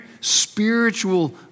spiritual